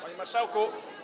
Panie Marszałku!